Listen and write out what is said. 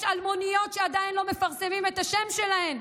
יש אלמוניות שעדיין לא מפרסמים את השמות שלהן,